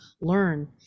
learn